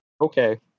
Okay